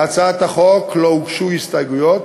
להצעת החוק לא הוגשו הסתייגויות,